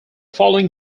following